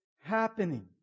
happening